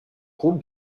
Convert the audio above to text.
groupe